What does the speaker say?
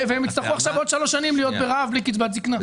עכשיו הן יצטרכו עוד שלוש שנים להיות ברעב בלי קצבת זקנה.